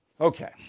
Okay